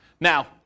Now